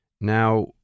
now